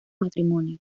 matrimonio